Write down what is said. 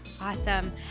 Awesome